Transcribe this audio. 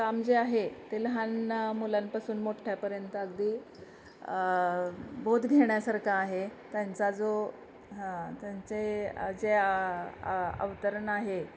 काम जे आहे ते लहान मुलांपासून मोठ्ठ्यापर्यंत अगदी बोध घेण्यासारखं आहे त्यांचा जो त्यांचे जे अवतरण आहे